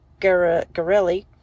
Garelli